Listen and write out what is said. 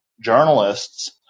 journalists